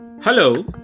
Hello